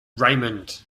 raymond